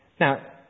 Now